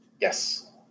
Yes